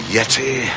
Yeti